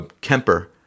Kemper